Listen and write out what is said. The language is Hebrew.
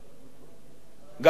גם בתחום הכלכלי,